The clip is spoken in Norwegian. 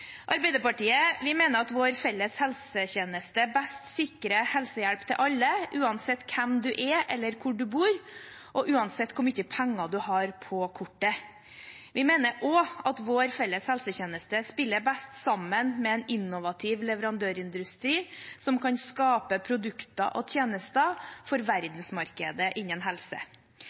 Arbeiderpartiet mener at vår felles helsetjeneste best sikrer helsehjelp til alle, uansett hvem man er, hvor man bor, eller hvor mye penger man har på kortet. Vi mener også at vår felles helsetjeneste spiller best sammen med en innovativ leverandørindustri som kan skape produkter og tjenester innen helse for verdensmarkedet.